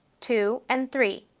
two, and three.